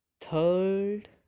Third